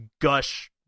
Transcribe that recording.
gush